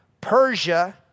Persia